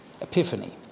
Epiphany